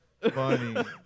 funny